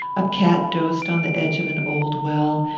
a cat dozed on the edge of an old well,